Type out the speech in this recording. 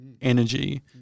energy